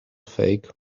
fake